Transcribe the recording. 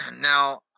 now